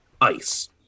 ice